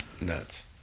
Nuts